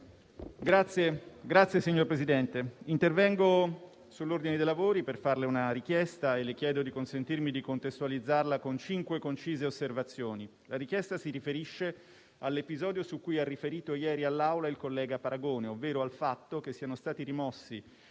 *(L-SP-PSd'Az)*. Signor Presidente, intervengo sull'ordine dei lavori per farle una richiesta e le chiedo di consentirmi di contestualizzarla con cinque concise osservazioni. La richiesta si riferisce all'episodio su cui ha riferito ieri all'Assemblea il collega Paragone, ovvero al fatto che siano stati rimossi